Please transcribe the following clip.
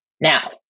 Now